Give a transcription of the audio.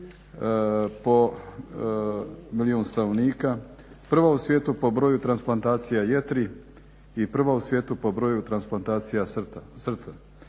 po milijun stanovnika, prva u svijetu po broju transplantacija jetri i prva u svijetu po broju transplantacija srca.